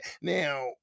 Now